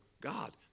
God